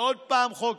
ועוד פעם חוק-יסוד: